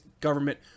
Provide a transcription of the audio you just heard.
government